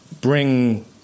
bring